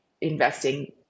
investing